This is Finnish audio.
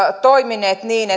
toimineet niin